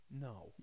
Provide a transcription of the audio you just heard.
No